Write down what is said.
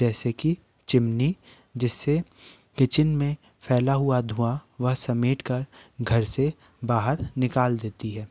जैसे कि चिमनी जिससे किचेन में फैला हुआ धुआँ समेट कर घर से बाहर निकल देती है